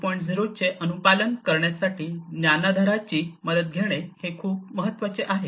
0 चे अनुपालन करण्यासाठी ज्ञानाधाराची मदत घेणे हे खूप महत्त्वाचे आहे